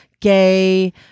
gay